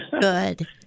Good